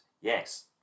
Yes